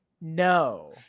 No